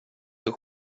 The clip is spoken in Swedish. för